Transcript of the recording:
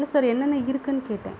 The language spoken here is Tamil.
இல்லை சார் என்னென்ன இருக்குன்னு கேட்டேன்